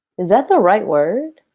is that the right word?